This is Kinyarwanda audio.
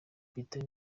peter